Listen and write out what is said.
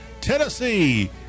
Tennessee